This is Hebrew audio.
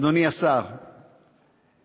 אדוני השר שלום,